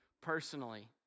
personally